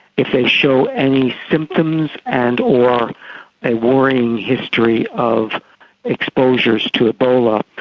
if they show any symptoms and or a worrying history of exposures to ebola,